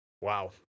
Wow